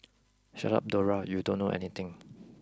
shut up Dora you don't know anything